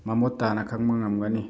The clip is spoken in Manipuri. ꯃꯃꯨꯠ ꯇꯥꯅ ꯈꯪꯕ ꯉꯝꯒꯅꯤ